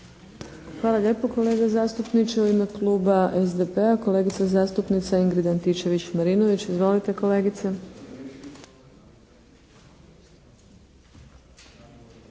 Hvala lijepa kolega zastupniče. U ime kluba SDP-a, kolegica zastupnica Ingrid Antičević Marinović. Izvolite kolegice.